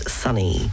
sunny